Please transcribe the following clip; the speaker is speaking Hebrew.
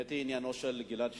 האמת היא שעניינו של גלעד שליט,